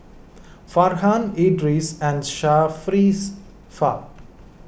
Farhan Idris and Sharifah